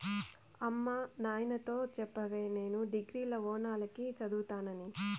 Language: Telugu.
అమ్మ నాయనతో చెప్పవే నేను డిగ్రీల ఓనాల కి చదువుతానని